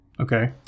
Okay